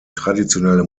traditionelle